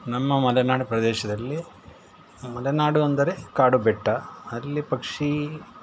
ನಮ್ಮ ಮಲೆನಾಡು ಪ್ರದೇಶದಲ್ಲಿ ಮಲೆನಾಡು ಅಂದರೆ ಕಾಡು ಬೆಟ್ಟ ಅಲ್ಲಿ ಪಕ್ಷಿ